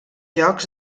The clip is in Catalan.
jocs